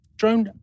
drone